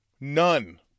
None